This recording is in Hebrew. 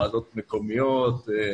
ועדות מקומיות,